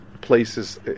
places